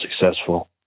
successful